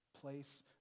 Place